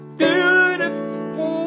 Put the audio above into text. beautiful